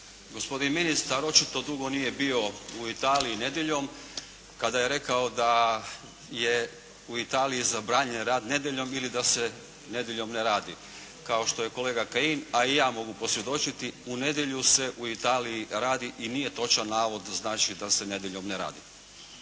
Gospodin ministar očito dugo nije bio u Italiji nedjeljom kada je rekao da je Italiji zabranjen rad nedjeljom ili da se nedjeljom ne radi. Kao što je kolega Kajin a i ja mogu posvjedočiti u nedjelju se u Italiji radi i nije točan navod znači da se nedjeljom ne radi.